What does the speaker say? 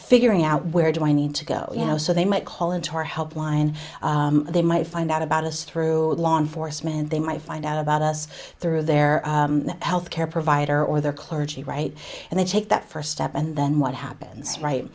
figuring out where do i need to go you know so they might call into our helpline they might find out about us through law enforcement they might find out about us through their health care provider or their clergy right and they take that first step and then what happens